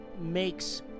makes